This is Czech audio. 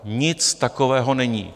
Nic takového není.